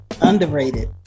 Underrated